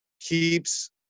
keeps